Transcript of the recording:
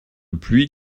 pluie